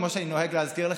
כמו שאני נוהג להזכיר לכם,